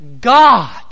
God